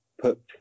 put